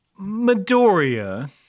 Midoriya